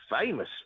famous